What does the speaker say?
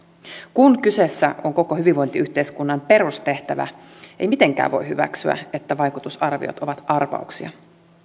kun kyseessä on koko hyvinvointiyhteiskunnan perustehtävä ei mitenkään voi hyväksyä että vaikutusarviot ovat arvauksia